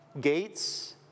Gates